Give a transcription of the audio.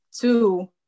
two